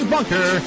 Bunker